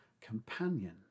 companion